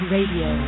Radio